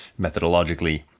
methodologically